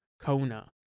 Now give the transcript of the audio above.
Kona